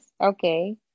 okay